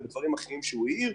ובעוד דברים שהוא העיר.